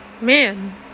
Man